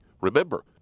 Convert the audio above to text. Remember